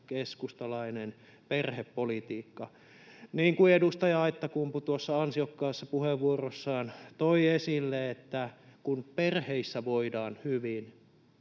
keskustalainen perhepolitiikka. Niin kuin edustaja Aittakumpu tuossa ansiokkaassa puheenvuorossaan toi esille, kun perheissä voidaan hyvin,